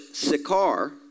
Sikar